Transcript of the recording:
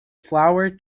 flour